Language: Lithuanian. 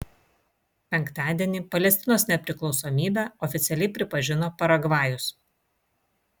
penktadienį palestinos nepriklausomybę oficialiai pripažino paragvajus